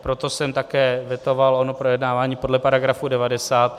Proto jsem také vetoval ono projednávání podle § 90.